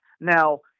Now